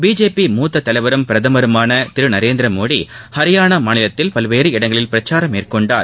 BJP மூத்த தலைவரும் பிரதமருமான திரு நரேந்திரமோடி ஹரியானா மாநிலத்தில் பல்வேறு இடங்களில் பிரச்சாரம் மேற்கொண்டார்